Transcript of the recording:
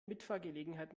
mitfahrgelegenheit